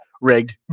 rigged